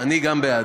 אני גם בעד.